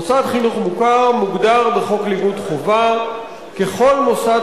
מוסד חינוך מוכר מוגדר בחוק לימוד חובה ככל מוסד